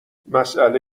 مسئله